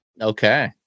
Okay